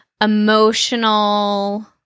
emotional